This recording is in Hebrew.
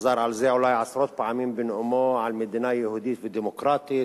חזר על זה אולי עשרות פעמים בנאומו על מדינה יהודית ודמוקרטית,